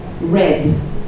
Red